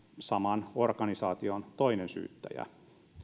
saman organisaation toinen syyttäjä